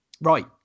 Right